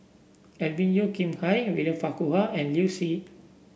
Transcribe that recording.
Alvin Yeo Khirn Hai William Farquhar and Liu Si